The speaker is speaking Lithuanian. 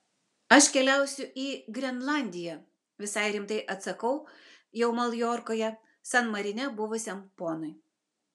aš keliausiu į grenlandiją visai rimtai atsakau jau maljorkoje san marine buvusiam ponui